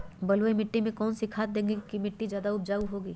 बलुई मिट्टी में कौन कौन से खाद देगें की मिट्टी ज्यादा उपजाऊ होगी?